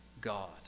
God